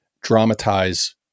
dramatize